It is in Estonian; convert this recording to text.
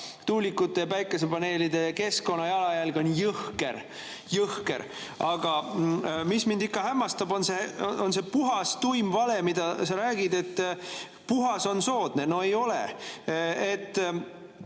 tuulikute ja päikesepaneelide keskkonnajalajälg on jõhker. Jõhker! Aga mind ikka hämmastab see puhas tuim vale, mida sa räägid, et puhas on soodne. No ei ole!